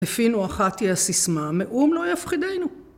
‫בפינו אחת היא הסיסמה, ‫מאום לא יפחידנו.